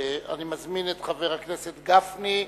אני מזמין את חבר הכנסת משה גפני,